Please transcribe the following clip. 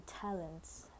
talents